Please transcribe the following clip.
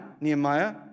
Nehemiah